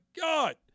God